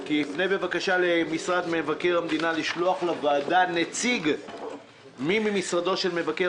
שיפנה בבקשה למשרד מבקר המדינה לשלוח לוועדה נציג ממשרדו של מבקר